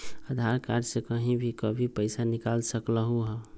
आधार card से कहीं भी कभी पईसा निकाल सकलहु ह?